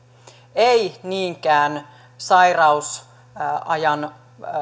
ei niinkään sairausajan